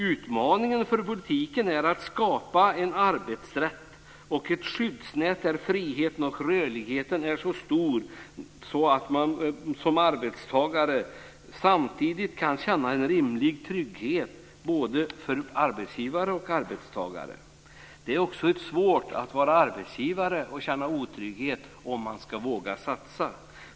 Utmaningen för politiken är att skapa en arbetsrätt och ett skyddsnät där friheten och rörligheten är stor, men där alla arbetstagare samtidigt kan känna en rimlig trygghet. Det är också svårt att vara arbetsgivare och känna otrygghet om man ska våga satsa.